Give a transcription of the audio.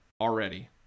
already